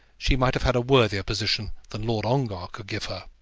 she might have had a worthier position than lord ongar could give her.